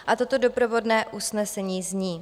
A toto doprovodné usnesení zní: